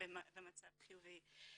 במצב חיובי.